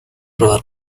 work